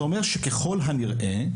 זה אומר שככל הנראה,